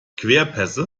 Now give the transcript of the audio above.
querpässe